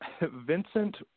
vincent